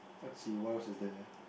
let's see what else is there